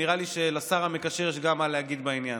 נראה לי שלשר המקשר יש גם מה להגיד בעניין.